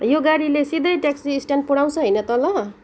यो गाडीले सिधै ट्याक्सी स्ट्यान्ड पुऱ्याउँछ होइन तल